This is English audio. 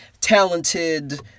talented